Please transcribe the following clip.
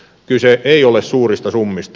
kyse ei ole suurista summista